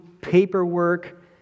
paperwork